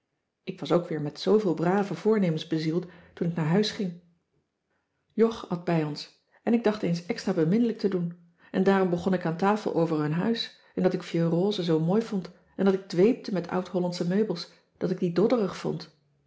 ik was ook weer met zooveel brave voornemens bezield toen ik naar huis ging jog at bij ons en ik dacht eens extra beminnelijk te doen en daarom begon ik aan tafel over hun huis en dat ik vieux rose zoo mooi vond en dat ik dweepte met oud-hollandsche meubels dat ik die dodderig vond